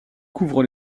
couvre